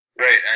Right